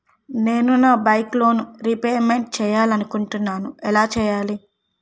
నేను నా bike loan repayment చేయాలనుకుంటున్నా ఎలా చేయాలి?